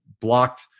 blocked